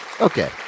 okay